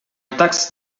tax